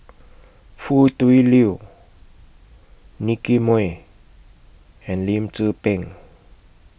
Foo Tui Liew Nicky Moey and Lim Tze Peng